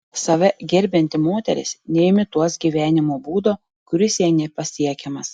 save gerbianti moteris neimituos gyvenimo būdo kuris jai nepasiekiamas